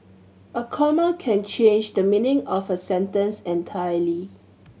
a comma can change the meaning of a sentence entirely